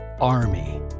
Army